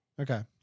Okay